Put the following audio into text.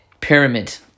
pyramid